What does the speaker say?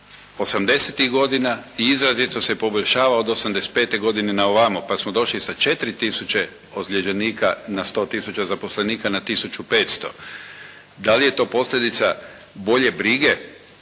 godina. Izrazito se poboljšava od '85. godine na ovamo, pa smo došli sa četiri tisuće ozljeđenika na 100 tisuća zaposlenika na tisuću 500. Da li je to posljedica bolje brige